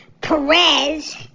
Perez